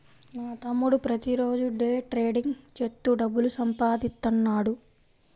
నా తమ్ముడు ప్రతిరోజూ డే ట్రేడింగ్ చేత్తూ డబ్బులు సంపాదిత్తన్నాడు